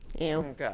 Ew